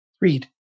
read